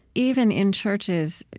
even in churches,